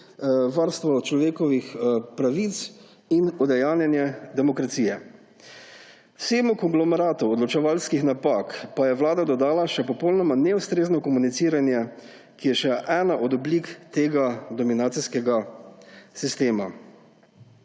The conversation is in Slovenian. varstvo človekovih pravic in udejanjanje demokracije. Vsemu konglomeratu odločevalskih napak pa je vlada dodala še popolnoma neustrezno komuniciranje, ki je še ena od oblik tega dominacijskega sistema.